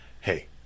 hey